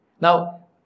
Now